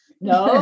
no